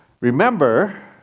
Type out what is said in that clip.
Remember